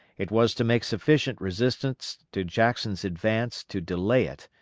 it was to make sufficient resistance to jackson's advance to delay it,